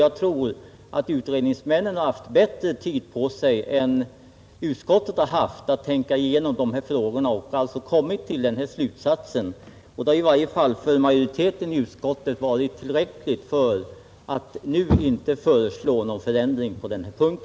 Jag tror att utredningsmännen haft bättre tid på sig än utskottet att tänka igenom dessa frågor, och då utredningen alltså har kommit till denna slutsats, har det för utskottsmajoriteten varit tillräckligt för att nu inte föreslå någon ändring på denna punkt.